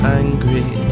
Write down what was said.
angry